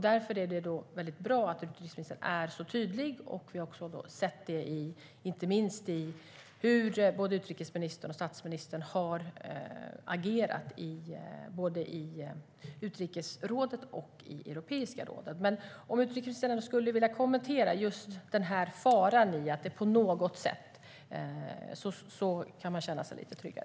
Därför är det bra att utrikesministern är tydlig, och det har vi också sett i hur både utrikesministern och statsministern har agerat i utrikesrådet och i Europeiska rådet. Skulle utrikesministern vilja kommentera detta? Då kan man känna sig lite tryggare.